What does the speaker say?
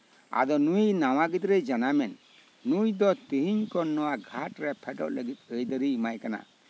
ᱟᱫᱚ ᱱᱩᱭ ᱱᱟᱣᱟ ᱜᱤᱫᱽᱨᱟᱹᱭ ᱡᱟᱱᱟᱢᱮᱱ ᱱᱩᱭ ᱫᱚ ᱛᱮᱦᱮᱧ ᱠᱷᱚᱱ ᱱᱚᱣᱟ ᱜᱷᱟᱴᱨᱮ ᱯᱷᱮᱰᱚᱜ ᱞᱟᱹᱜᱤᱫ ᱟᱹᱭᱫᱟᱹᱨ ᱤᱧ ᱮᱢᱟᱭ ᱠᱟᱱᱟ